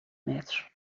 متر